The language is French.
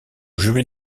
jury